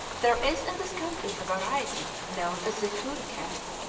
there is in this country a variety known as the coon cat,